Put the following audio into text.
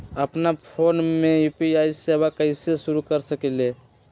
अपना फ़ोन मे यू.पी.आई सेवा कईसे शुरू कर सकीले?